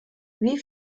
wie